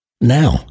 Now